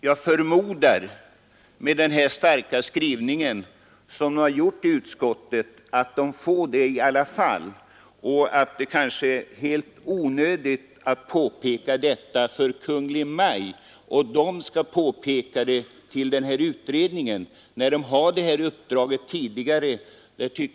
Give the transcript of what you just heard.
Jag förmodar, med den starka skrivning som gjorts i utskottet, att syftet nås i alla fall och att det kanske är helt onödigt att påpeka detta för Kungl. Maj:t så att Kungl. Maj:t skall påpeka det för utredningen, när denna har det här uppdraget tidigare.